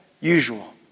usual